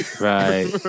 Right